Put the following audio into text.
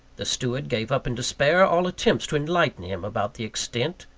the steward gave up in despair all attempts to enlighten him about the extent,